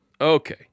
Okay